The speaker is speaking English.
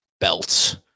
belts